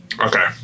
Okay